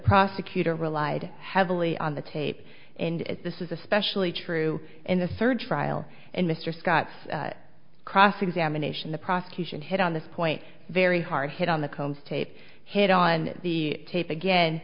prosecutor relied heavily on the tape and this is especially true in the surge trial and mr scott's cross examination the prosecution hit on this point very hard hit on the combs tape hit on the tape again